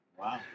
Wow